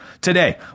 Today